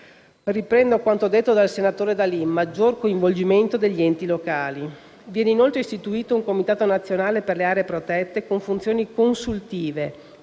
Riprendo quanto detto dal senatore D'Alì: vi è un maggiore coinvolgimento degli enti locali. Viene inoltre istituito un comitato nazionale per le aree protette con funzioni consultive,